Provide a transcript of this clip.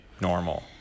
normal